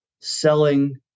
selling